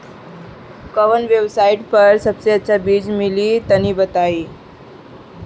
कवन वेबसाइट पर सबसे अच्छा बीज मिली तनि बताई?